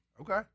Okay